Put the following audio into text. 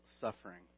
suffering